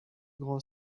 grand